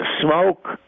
smoke